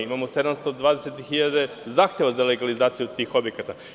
Imamo 720.000 zahteva za legalizaciju tih objekata.